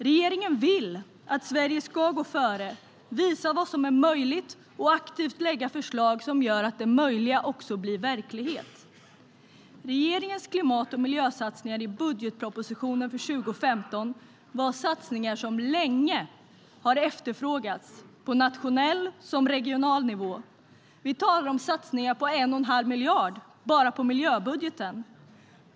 Regeringen vill att Sverige ska gå före och visa vad som är möjligt och aktivt lägga förslag som gör att det möjliga också blir verklighet. Regeringens klimat och miljösatsningar i budgetpropositionen för 2015 var satsningar som länge har efterfrågats på såväl nationell som regional nivå. Vi talar om satsningar på 1 1⁄2 miljard bara på miljöbudgeten.